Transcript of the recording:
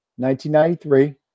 1993